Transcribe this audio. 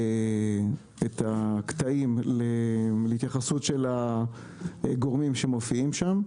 הקטעים להתייחסות של הגורמים שמופיעים שם.